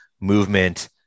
movement